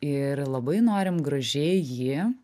ir labai norim gražiai jį